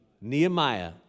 Nehemiah